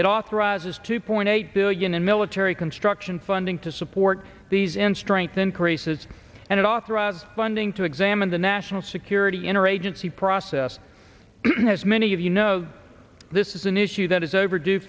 it authorizes two point eight billion in military construction funding to support these in strength increases and authorize funding to examine the national security in or agency process as many of you know this is an issue that is overdue